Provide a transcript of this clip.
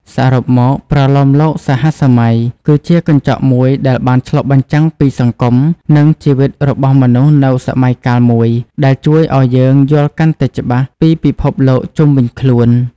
សរុបមក ប្រលោមលោកសហសម័យគឺជាកញ្ចក់មួយដែលបានឆ្លុះបញ្ចាំងពីសង្គម និងជីវិតរបស់មនុស្សនៅសម័យកាលមួយ ដែលជួយឲ្យយើងយល់កាន់តែច្បាស់ពីពិភពលោកជុំវិញខ្លួន។